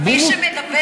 בורות, מי שמדבר.